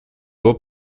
его